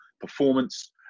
performance